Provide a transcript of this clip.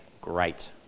great